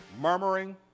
murmuring